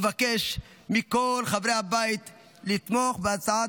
אני מבקש מכל חברי הבית לתמוך בהצעת